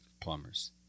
plumbers